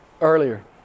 earlier